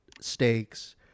stakes